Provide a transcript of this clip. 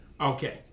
Okay